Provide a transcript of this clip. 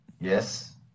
Yes